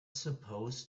supposed